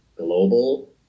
global